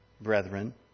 brethren